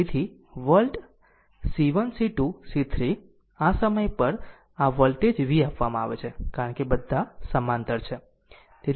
તેથી volt C1 C2 C3 સમય પર આ વોલ્ટેજ v આપવામાં આવે છે કારણ કે બધા સમાંતર છે